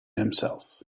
himself